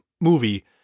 movie